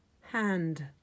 hand